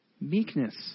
Meekness